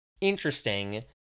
interesting